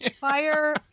Fire